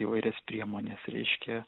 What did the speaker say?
įvairias priemones reiškia